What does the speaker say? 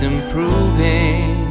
improving